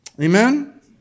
Amen